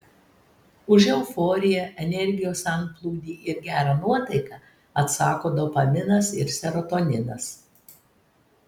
už euforiją energijos antplūdį ir gerą nuotaiką atsako dopaminas ir serotoninas